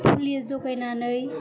फुलि जगायनानै